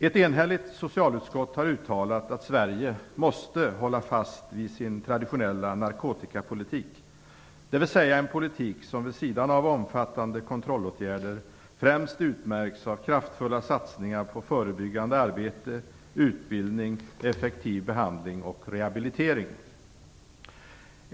Ett enhälligt socialutskott har uttalat att Sverige måste hålla fast vid sin traditionella narkotikapolitik, dvs. en politik som vid sidan av omfattande kontrollåtgärder främst utmärks av kraftfulla satsningar på förebyggande arbete, utbildning, effektiv behandling och rehabilitering.